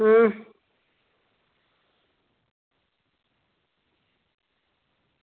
हां